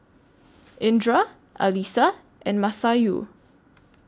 Indra Alyssa and Masayu